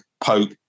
Pope